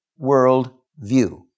worldview